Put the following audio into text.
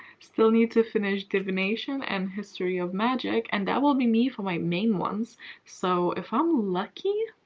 still need to finish divination and history of magic and that will be me for my main ones so if i'm lucky.